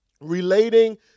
relating